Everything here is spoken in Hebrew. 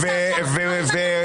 הוא לא אנרכיסט.